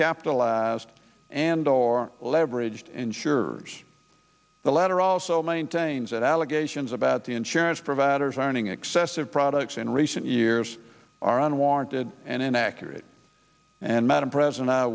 capital last and or leveraged insurers the latter also maintains that allegations about the insurance providers arning excessive products in recent years are unwarranted and inaccurate and madam president